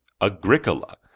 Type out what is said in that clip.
Agricola